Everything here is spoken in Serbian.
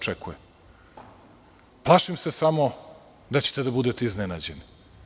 Plašim se samo da ćete da budete iznenađeni.